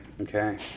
okay